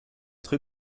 très